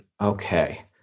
Okay